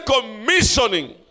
commissioning